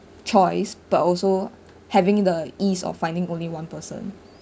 choice but also having the ease of finding only one person